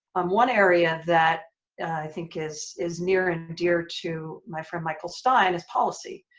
on one area that i think is is near and dear to my friend michael stein is policy.